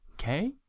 Okay